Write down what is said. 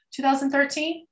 2013